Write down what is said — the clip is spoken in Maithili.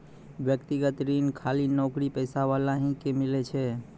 व्यक्तिगत ऋण खाली नौकरीपेशा वाला ही के मिलै छै?